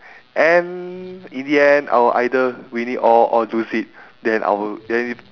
and in the end I'll either win it all or lose it then I will get it